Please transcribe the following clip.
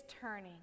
turning